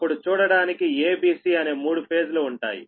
అప్పుడు చూడడానికి A B C అనే మూడు ఫేజ్ లు ఉంటాయి